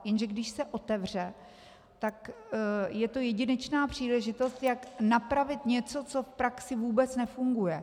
Jenže když se otevře, tak je to jedinečná příležitost, jak napravit něco, co v praxi vůbec nefunguje.